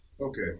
Okay